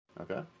Okay